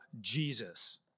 Jesus